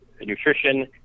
nutrition